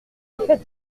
effet